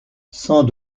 sans